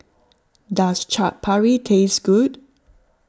does Chaat Papri taste good